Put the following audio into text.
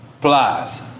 Plies